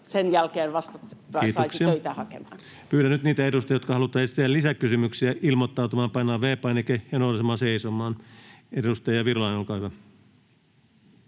sen jälkeen vasta saisi töitä hakea. Kiitoksia. — Pyydän nyt niitä edustaja, jotka haluavat esittää lisäkysymyksiä, ilmoittautumaan painamalla V-painiketta ja nousemalla seisomaan. — Edustaja Virolainen, olkaa hyvä.